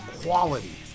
quality